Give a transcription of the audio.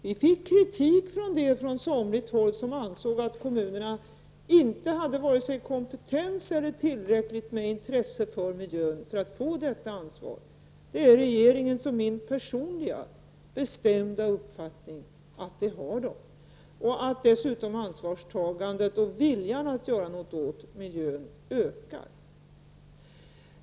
Vi fick kritik från vissa håll, där man ansåg att kommunerna inte hade vare sig kompetens eller tillräckligt med intresse för miljön för att ta ansvar. Det är regeringens och min personliga och bestämda uppfattning att kommunerna har kompetens och intresse. Dessutom ökar ansvarstagandet och viljan att göra något åt miljön.